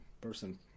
person